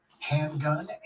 handgun